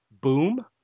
Boom